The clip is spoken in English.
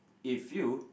if you